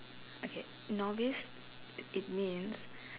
okay novice it means